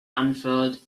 unfurled